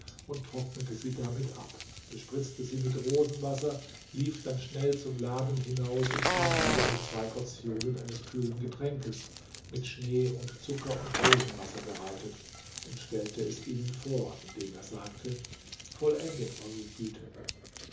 und trocknete sie damit ab bespritzte sie mit rosenwasser lief dann schnell zum laden hinaus und kam wieder mit zwei portionen eines kühlen getränkes mit schnee und zucker und rosenwasser bereitet und stellte es ihnen vor indem er sagte vollendet eure güte